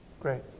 Great